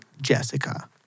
Jessica